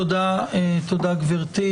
תודה, גברתי.